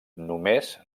només